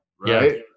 Right